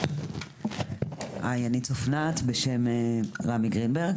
היי, אני צפנת, בשם רמי גרינברג